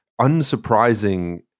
unsurprising